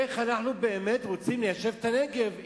איך אנחנו באמת רוצים ליישב את הנגב,